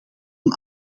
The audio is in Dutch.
een